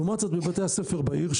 לעומת זאת בבתי הספר בעיר,